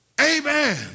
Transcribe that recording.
Amen